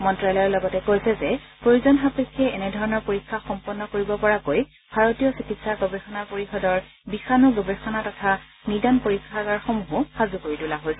মন্তালয়ে লগতে কৈছে যে প্ৰয়োজন সাপেক্ষে এনেধৰণৰ পৰীক্ষা সম্পন্ন কৰিব পৰাকৈ ভাৰতীয় চিকিৎসা গৱেষণা পৰিষদৰ বিষাণু গৱেষণা তথা নিদান পৰীক্ষাগাৰসমূহো সাজু কৰি তোলা হৈছে